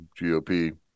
GOP